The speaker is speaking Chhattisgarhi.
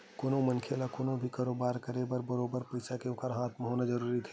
कोनो मनखे ल कोनो भी कारोबार के करब म बरोबर पइसा के ओखर हाथ म होना जरुरी रहिथे